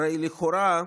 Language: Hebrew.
הרי לכאורה,